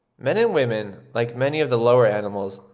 men and women, like many of the lower animals,